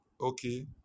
Okay